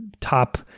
top